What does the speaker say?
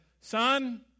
son